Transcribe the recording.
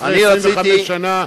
אחרי 25 שנה?